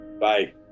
bye